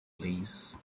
please